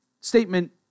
statement